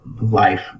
life